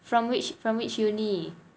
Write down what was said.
from which from which uni